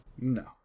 No